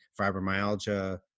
fibromyalgia